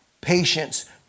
patience